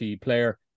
Player